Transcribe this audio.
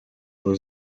ubu